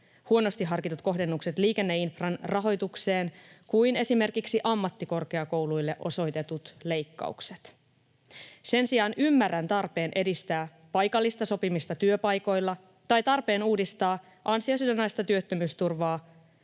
huonosti harkitut kohdennukset liikenneinfran rahoitukseen kuin esimerkiksi ammattikorkeakouluille osoitetut leikkaukset. Sen sijaan ymmärrän tarpeen edistää paikallista sopimista työpaikoilla tai tarpeen uudistaa ansiosidonnaista työttömyysturvaa,